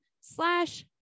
slash